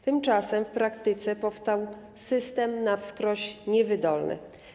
Tymczasem w praktyce powstał system na wskroś niewydolny.